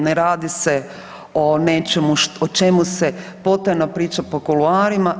Ne radi se o nečemu o čemu se potajno priča po kuloarima.